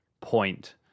point